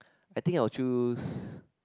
I think I will choose